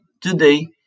today